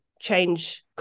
change